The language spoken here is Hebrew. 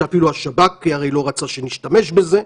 שאפילו השב"כ הרי לא רצה שנשתמש בזה.